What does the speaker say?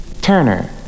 Turner